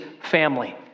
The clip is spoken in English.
family